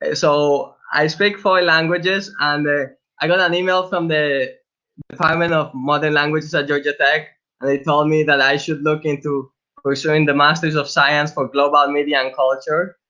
ah so i speak four languages um and i got an email from the department of modern languages at georgia tech and they told me that i should look into pursuing the masters of science for global and media and culture.